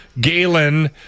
Galen